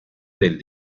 del